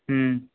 हँ